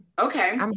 okay